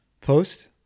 post